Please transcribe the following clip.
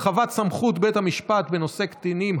הרחבת סמכות בית המשפט בנושא קטינים),